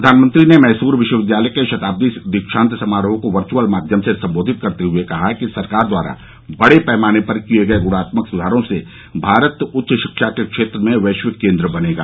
प्रधानमंत्री ने मैसूर विश्वविद्यालय के शताब्दी दीक्षांत समारोह को वर्चुअल माध्यम से संबोधित करते हुए कहा कि सरकार द्वारा बड़े पैमाने पर किये गए गुणात्मक सुधारों से भारत उच्च शिक्षा के क्षेत्र में वैश्विक केन्द्र बनेगा